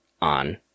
on